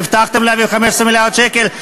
והבטחתם להעביר 15 מיליארד שקל,